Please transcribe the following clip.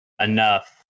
Enough